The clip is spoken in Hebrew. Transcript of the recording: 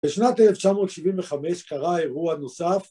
בשנת 1975 קרה אירוע נוסף